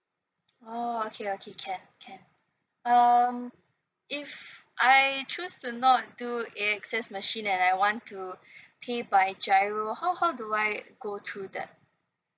oh okay okay can can um if I choose to not do A_X_S machine and I want to pay by giro how how do I go through that